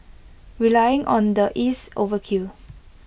relying on the is overkill